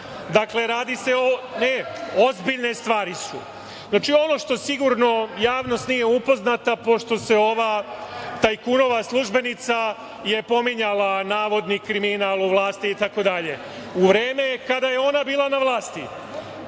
Dakle, radi se…Ne, ozbiljne stvari su. Znači, ono sa čim sigurno javnost nije upoznata, pošto je ova tajkunova službenica pominjala navodni kriminal u vlasti, itd. U vreme kada je ona bila na vlasti,